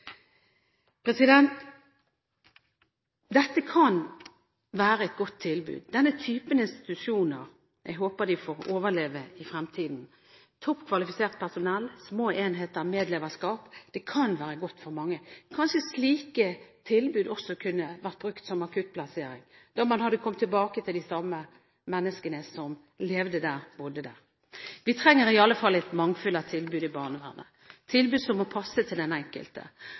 kan være et godt tilbud. Jeg håper de får overleve i fremtiden. Topp kvalifisert personell, små enheter, medleverskap – det kan være godt for mange. Kanskje slike tilbud også kunne vært brukt som akuttplassering, da man hadde kommet tilbake til de samme menneskene som levde der. Vi trenger i alle fall et mangfold av tilbud i barnevernet – tilbud som må passe til den enkelte.